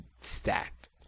stacked